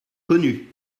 connus